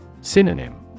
Synonym